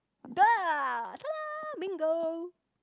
done tada bingo